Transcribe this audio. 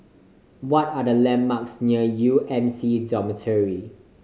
what are the landmarks near U M C Dormitory